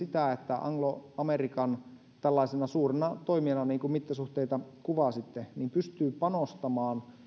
anglo american tällaisena suurena toimijana niin kuin sen mittasuhteita kuvasitte pystyy panostamaan